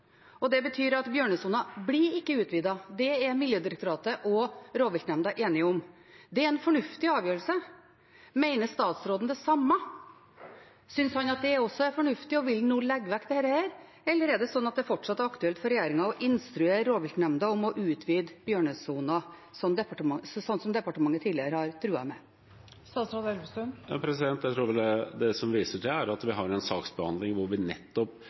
og det betyr at bjørnesonen ikke blir utvidet. Det er Miljødirektoratet og rovviltnemnda enige om. Det er en fornuftig avgjørelse. Mener statsråden det samme? Synes han også at det er fornuftig, og vil han nå legge vekk dette? Eller er det slik at det fortsatt er aktuelt for regjeringen å instruere rovviltnemnda om å utvide bjørnesonen, slik som departementet tidligere har truet med? Det som jeg viser til, er at vi har en saksbehandling hvor vi nettopp